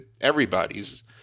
everybody's